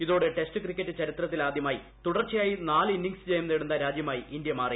ഇതോടെ test cricket ചരിത്രത്തിലാദൃമായി തുടർച്ചയായി നാലു ഇന്നിംഗ്സ് ജയം നേടുന്ന രാജ്യമായി ഇന്ത്യ മാറി